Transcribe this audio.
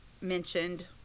mentioned